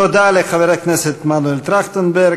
תודה לחבר הכנסת מנואל טרכטנברג.